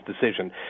decision